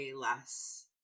less